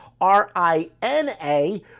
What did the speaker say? R-I-N-A